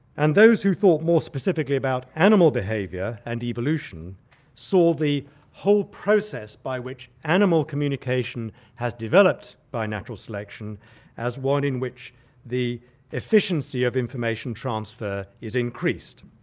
and those who thought more specifically about animal behaviour and evolution saw the whole process by which animal communication has developed by natural selection as one in which the efficiency of information transfer is increased.